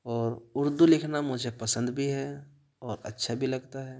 اور اردو لکھنا مجھے پسند بھی ہے اور اچھا بھی لگتا ہے